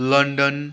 London